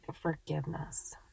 forgiveness